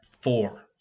four